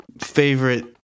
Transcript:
favorite